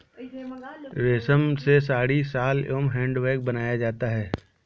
रेश्म से साड़ी, शॉल एंव हैंड बैग बनाया जाता है